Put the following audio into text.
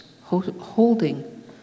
holding